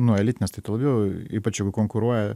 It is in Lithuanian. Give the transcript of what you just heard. nuo elitinės tai tuo labiau ypač jeigu konkuruoja